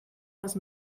les